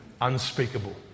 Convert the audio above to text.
Unspeakable